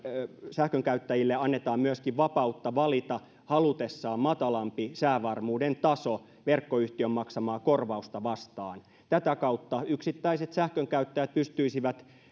sähkönkäyttäjille annetaan myöskin vapautta valita halutessaan matalampi säävarmuuden taso verkkoyhtiön maksamaa korvausta vastaan tätä kautta yksittäiset sähkönkäyttäjät pystyisivät